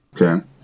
Okay